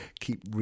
keep